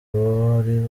bari